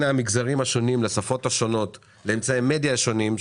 המגזרים השונים והשפות השונות לאמצעי המדיה השונים,